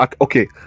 Okay